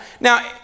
now